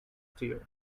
steel